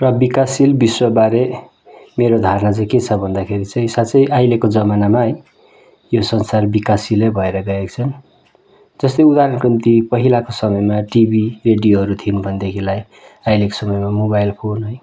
र विकासशील विश्वबारे मेरो धारणा चाहिँ के छ भन्दाखेरि चाहिँ साँच्चै अहिलेको जमानामा है यो संसार विकासशीलै भएर गएको छन् जस्तै उदाहरणको निम्ति पहिलाको समयमा टिभी भिडियोहरू थिएन भनेदेखिलाई अहिलेको समयमा मोबाइल फोन है